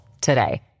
today